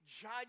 judge